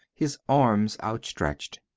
his arms outstretched.